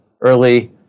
early